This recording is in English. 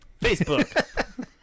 Facebook